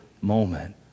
moment